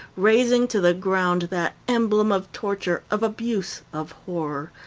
razing to the ground that emblem of torture, of abuse, of horror,